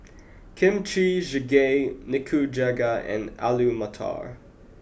Kimchi Jjigae Nikujaga and Alu Matar